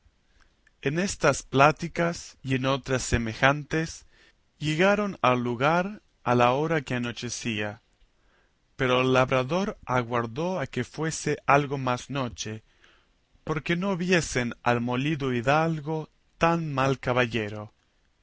en estas pláticas y en otras semejantes llegaron al lugar a la hora que anochecía pero el labrador aguardó a que fuese algo más noche porque no viesen al molido hidalgo tan mal caballero